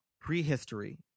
prehistory